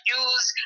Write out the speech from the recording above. use